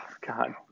God